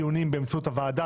דיון באמצעות הוועדה,